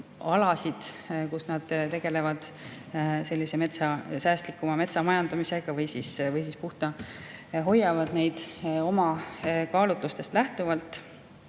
alasid, kus nad tegelevad säästlikuma metsamajandamisega või mida nad hoiavad oma kaalutlustest lähtuvalt,